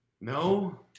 No